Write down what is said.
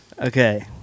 Okay